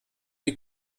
die